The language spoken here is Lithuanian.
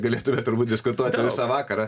galėtume turbūt diskutuoti visą vakarą